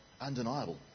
undeniable